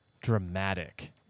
dramatic